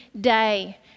Day